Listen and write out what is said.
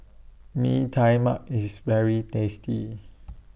Mee Tai Mak IS very tasty